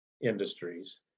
industries